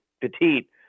petite